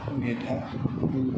मेढक